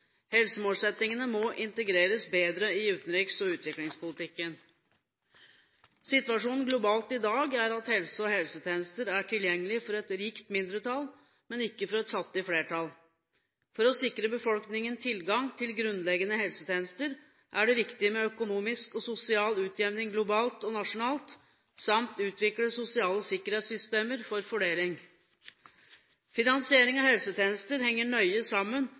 Helsemålsettinger må integreres bedre i utenriks- og utviklingspolitikken. Situasjonen globalt i dag er at helse- og helsetjenester er tilgjengelige for et rikt mindretall, men ikke for et fattig flertall. For å sikre befolkningen tilgang til grunnleggende helsetjenester er det viktig med økonomisk og sosial utjevning globalt og nasjonalt samt å utvikle sosiale sikkerhetssystemer for fordeling. Finansiering av helsetjenester henger nøye